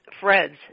Fred's